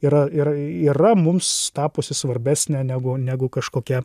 yra yra yra mums tapusi svarbesnė negu negu kažkokia